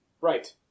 Right